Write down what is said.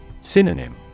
Synonym